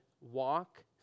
walk